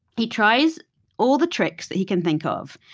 he tries all the tricks that he can think of.